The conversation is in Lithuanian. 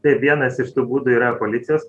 taip vienas iš tų būdų yra policijos